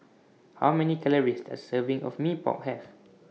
How Many Calories Does A Serving of Mee Pok Have